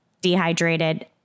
dehydrated